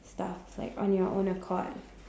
stuff like on your own accord